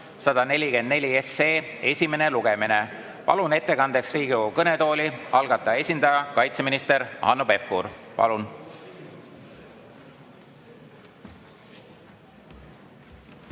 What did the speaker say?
144 esimene lugemine. Palun ettekandeks Riigikogu kõnetooli algataja esindaja, kaitseminister Hanno Pevkuri. Palun!